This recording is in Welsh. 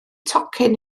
tocyn